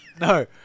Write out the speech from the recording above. no